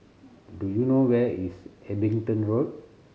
do you know where is Abingdon Road